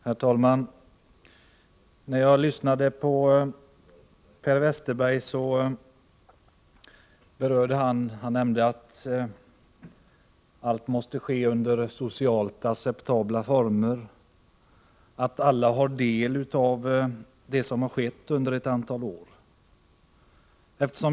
Herr talman! När jag lyssnade på Per Westerberg hörde jag att han nämnde att allt måste ske under ” socialt acceptabla former” och att alla har del av vad som har skett under ett antal år.